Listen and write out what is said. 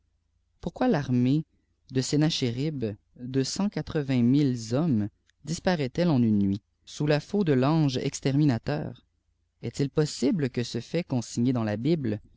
pourquoi l'armée de sennachérib de cent quatre-vingt mille hommes disparaît elle en uhe nuit sous la faux de kange exterminateur est-il possible que cç fau consigné dans la bible